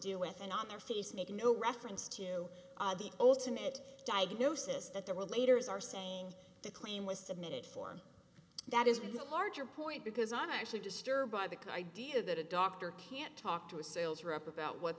do with and on their face make no reference to the alternate diagnosis that there were later is are saying the claim was submitted for that is the larger point because i'm actually disturbed by the idea that a doctor can't talk to a sales rep about what